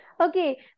Okay